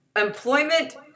employment